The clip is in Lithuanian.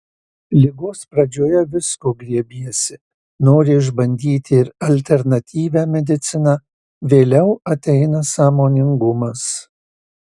ligos pradžioje visko grėbiesi nori išbandyti ir alternatyvią mediciną vėliau ateina sąmoningumas